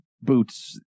boots